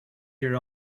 your